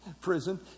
Prison